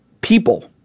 people